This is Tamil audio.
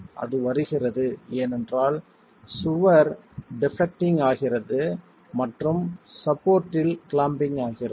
அது வருகிறது ஏனென்றால் சுவர் டெபிளெக்ட்டிங் ஆகிறது மற்றும் சப்போர்ட்டில் கிளாம்பிங் ஆகிறது